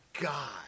god